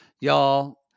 y'all